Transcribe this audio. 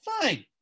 fine